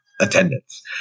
attendance